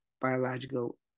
biological